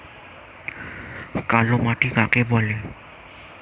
কালোমাটি কাকে বলে?